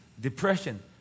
depression